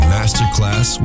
Masterclass